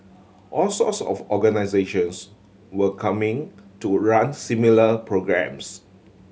all sorts of organisations were coming to run similar programmes